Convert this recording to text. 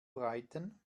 reiten